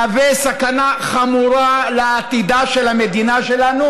מהווה סכנה חמורה לעתידה של המדינה שלנו